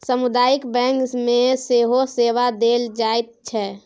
सामुदायिक बैंक मे सेहो सेवा देल जाइत छै